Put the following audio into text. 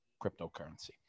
cryptocurrency